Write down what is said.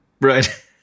Right